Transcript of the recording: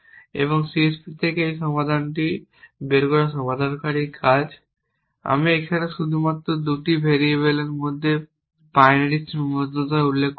এবং CSP থেকে এই সমাধানটি বের করা সমাধানকারীর কাজ আমি এখানে শুধুমাত্র 2টি ভেরিয়েবলের মধ্যে বাইনারি সীমাবদ্ধতা উল্লেখ করেছি